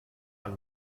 ein